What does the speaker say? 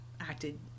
acted